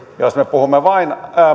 jos me puhumme vain